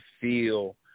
feel